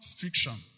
fiction